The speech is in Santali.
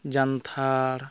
ᱡᱟᱱᱛᱷᱟᱲ